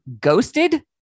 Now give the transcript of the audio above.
ghosted